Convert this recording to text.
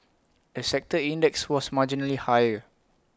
A sector index was marginally higher